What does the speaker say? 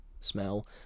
smell